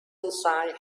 inside